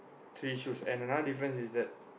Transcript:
three shoes and another difference is that